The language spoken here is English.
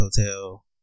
Hotel